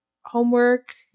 homework